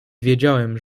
wiedziałem